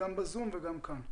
בזום וכאן.